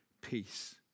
peace